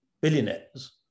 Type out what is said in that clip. billionaires